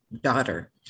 daughter